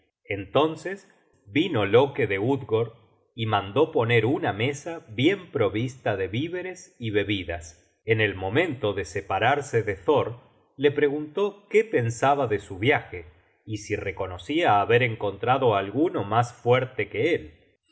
entonces vino loke de utgord y mandó poner una mesa bien provista de víveres y bebidas en el momento de separarse de thor le preguntó qué pensaba de su viaje y si reconocia haber encontrado alguno mas fuerte que él